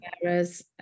Whereas